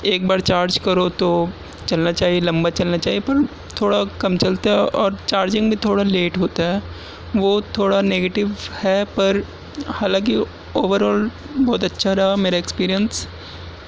ایک بار چارج کرو تو چلنا چاہیے لمبا چلنا چاہیے پر تھوڑا کم چلتا ہے اور چارجنگ بھی تھوڑا لیٹ ہوتا ہے وہ تھوڑا نگیٹو ہے پر حالانکہ اوور آل بہت اچھا رہا میرا ایکسپیرئنس